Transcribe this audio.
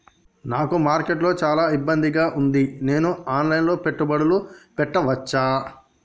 నాకు మార్కెట్స్ లో చాలా ఇబ్బందిగా ఉంది, నేను ఆన్ లైన్ లో పెట్టుబడులు పెట్టవచ్చా?